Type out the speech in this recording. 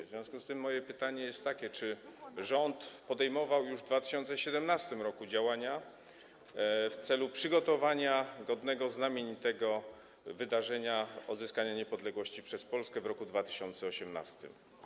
W związku z tym moje pytanie jest takie: Czy rząd podejmował już w 2017 r. działania w celu przygotowania godnego, znamienitego wydarzenia związanego z rocznicą odzyskania niepodległości przez Polskę w roku 2018?